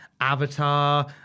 Avatar